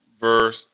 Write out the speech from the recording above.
verse